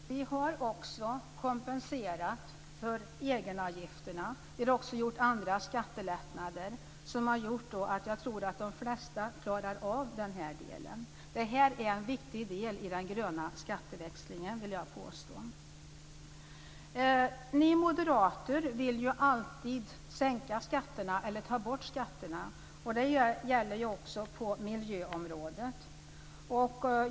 Fru talman! Vi har också kompenserat för egenavgifterna. Vi har också gjort andra skattelättnader, som har gjort att de flesta klarar den delen. Detta är en viktig del i den gröna skatteväxlingen. Ni moderater vill ju alltid sänka skatterna eller ta bort skatterna. Det gäller också på miljöområdet.